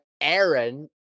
Aaron